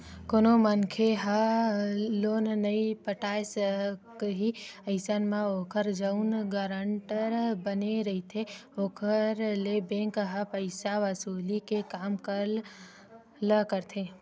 कोनो मनखे ह लोन नइ पटाय सकही अइसन म ओखर जउन गारंटर बने रहिथे ओखर ले बेंक ह पइसा वसूली के काम ल करथे